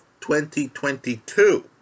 2022